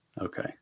Okay